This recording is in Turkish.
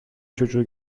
çocuğu